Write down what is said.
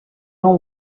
know